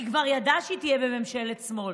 היא כבר ידעה שהיא תהיה בממשלת שמאל,